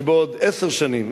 שבעוד עשר שנים,